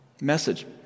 message